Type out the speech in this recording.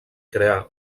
crear